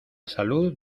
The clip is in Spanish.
salud